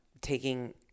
taking